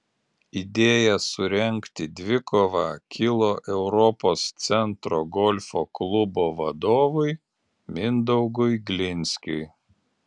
idėja surengti dvikovą kilo europos centro golfo klubo vadovui mindaugui glinskiui